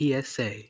PSA